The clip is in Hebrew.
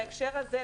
בהקשר לזה,